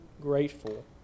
grateful